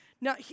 Now